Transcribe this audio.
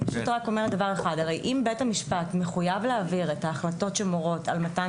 אם בית המשפט מחויב להעביר את ההחלטות שמורות על מתן